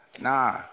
Nah